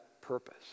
purpose